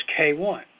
K1